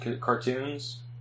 cartoons